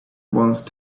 once